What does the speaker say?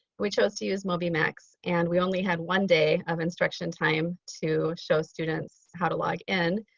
we chose to use mobymax and we only had one day of instruction time to show students how to log in.